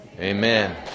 Amen